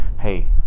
hey